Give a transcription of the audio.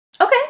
Okay